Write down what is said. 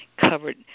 covered